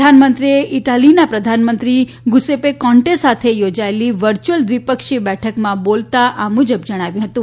પ્રધાનમંત્રી એ ઇટાલીના પ્રધાનમંત્રી ગુસેપે કોન્ટે સાથે યોજાયેલી વર્યુયલ દ્વિપક્ષીય બેઠકમાં બોલતા આ મુજબ જણાવ્યું હતું